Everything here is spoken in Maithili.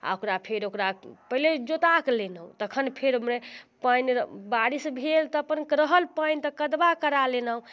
आओर ओकरा फेर ओकरा पहिले जोता लेनौ तखन फेर ओइमे पानि बारिश भेल तऽ अपन रहल पानि तऽ कदबा करा लेनहुँ